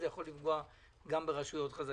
זה יכול לפגוע גם ברשויות חזקות.